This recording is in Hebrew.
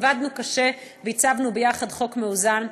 עבדנו קשה ועיצבנו ביחד חוק מאוזן,